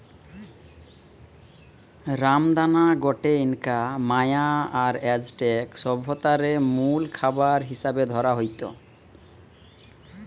রামদানা গটে ইনকা, মায়া আর অ্যাজটেক সভ্যতারে মুল খাবার হিসাবে ধরা হইত